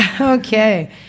Okay